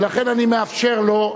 ולכן אני מאפשר לו.